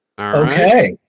Okay